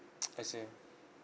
I see